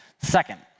Second